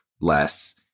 less